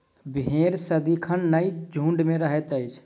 भेंड़ सदिखन नै झुंड मे रहैत अछि